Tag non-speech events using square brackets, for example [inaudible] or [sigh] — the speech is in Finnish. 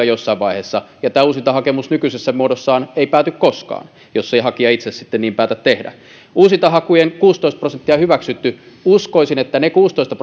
[unintelligible] jossain vaiheessa ja tämä uusintahakemus nykyisessä muodossaan ei pääty koskaan jos ei hakija itse niin päätä tehdä uusintahauista kuusitoista prosenttia on hyväksytty uskoisin että ne kuusitoista [unintelligible]